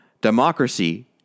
Democracy